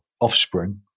offspring